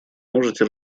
можете